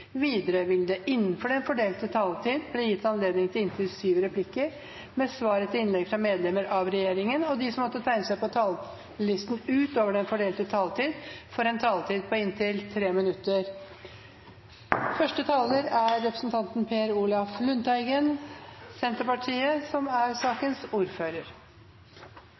Videre vil det – innenfor den fordelte taletid – bli gitt anledning til inntil syv replikker med svar etter innlegg fra medlemmer av regjeringen, og de som måtte tegne seg på talerlisten utover den fordelte taletid, får en taletid på inntil 3 minutter. Saken gjelder en lovendring om at yrkesdykking og losing skal omfattes av arbeidsmiljøloven. Det er